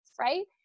right